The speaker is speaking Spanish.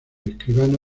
escribano